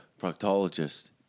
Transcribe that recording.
proctologist